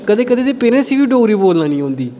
कदें कदें ते पेरैंट्स गी बी डोगरी बोलना नेईं औंदी